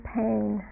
pain